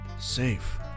safe